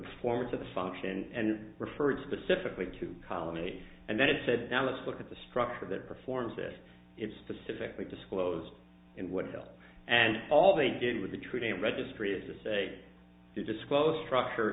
performance of the function and referred specifically to column a and then it said now let's look at the structure that performs this is specifically disclosed in what cell and all they did with the true date registry is to say to disclose structure